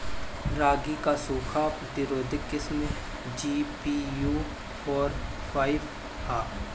रागी क सूखा प्रतिरोधी किस्म जी.पी.यू फोर फाइव ह?